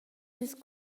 dils